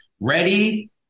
ready